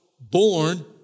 born